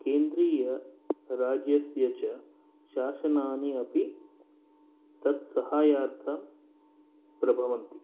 केन्द्रीय राज्यस्य च शासनानि अपि तत् सहाय्यार्थं प्रभवन्ति